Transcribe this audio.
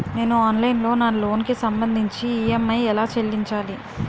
నేను ఆన్లైన్ లో నా లోన్ కి సంభందించి ఈ.ఎం.ఐ ఎలా చెల్లించాలి?